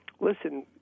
listen